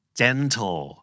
gentle